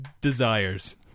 desires